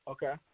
Okay